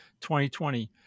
2020